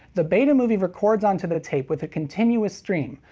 the betamovie records onto the tape with a continuous stream,